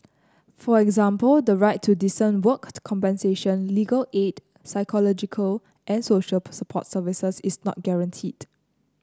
for example the right to decent work compensation legal aid psychological and social support services is not guaranteed